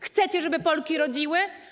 Chcecie, żeby Polki rodziły?